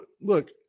look